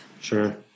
sure